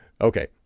okay